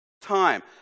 time